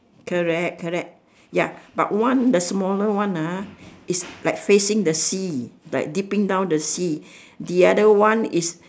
correct correct ya but one the smaller one ah is like facing the sea like dipping down the sea the other one is